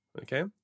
okay